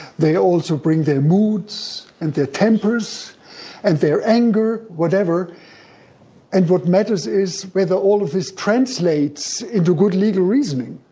they also bring their moods and their tempers and their anger, whatever and what matters is whether all of this translates into good legal reasoning.